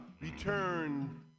returned